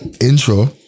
Intro